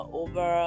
over